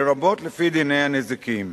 לרבות לפי דיני הנזיקים,